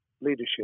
leadership